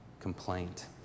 complaint